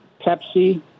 Pepsi